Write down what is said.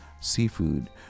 seafood